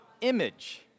image